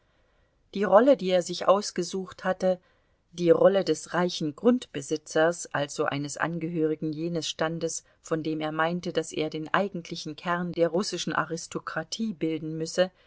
die rolle die er sich ausgesucht hatte die rolle des reichen grundbesitzers also eines angehörigen jenes standes von dem er meinte daß er den eigentlichen kern der russischen aristokratie bilden müsse